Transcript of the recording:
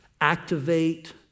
activate